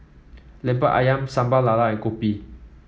lemper ayam Sambal Lala and kopi